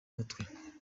mutwe